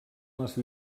les